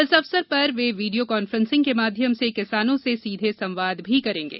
इस अवसर पर वे वीडियो कॉन्फ्रेंसिंग के माध्यम से किसानों से सीधे संवाद भी करेंगे